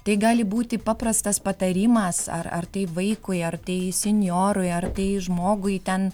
tai gali būti paprastas patarimas ar ar tai vaikui ar tai senjorui ar tai žmogui ten